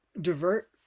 divert